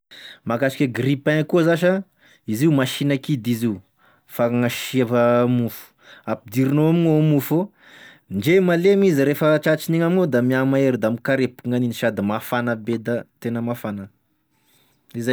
Mahakasiky e grille pain koa zasy a, izy io machine kidy izy io, fagnasiava mofo, ampidirinao amign'ao mofo, ndre malemy izy refa tratrin'igny amign'ao da mia-mahery da mikarepoky gn'aniany sady mafana be da tena mafana.